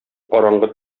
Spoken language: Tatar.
караңгы